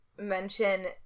Mention